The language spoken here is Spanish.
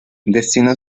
destina